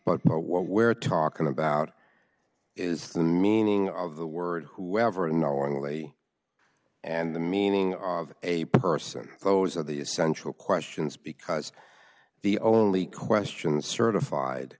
but what we're talking about is the meaning of the word whoever unknowingly and the meaning of a person those are the essential questions because the only question certified